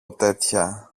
τέτοια